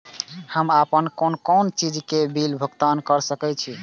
हम आपन कोन कोन चीज के बिल भुगतान कर सके छी?